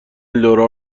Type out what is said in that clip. لورا